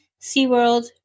SeaWorld